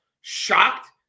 shocked